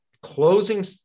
closing